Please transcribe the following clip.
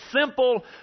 simple